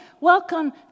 welcome